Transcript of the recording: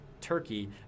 turkey